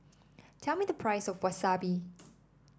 tell me the price of Wasabi